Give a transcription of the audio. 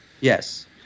Yes